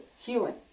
healing